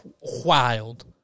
wild